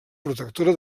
protectora